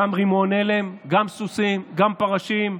גם רימון הלם, גם סוסים, גם פרשים,